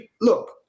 look